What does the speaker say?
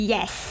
Yes